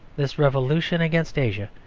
this revolution against asia,